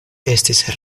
estis